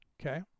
okay